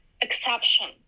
exception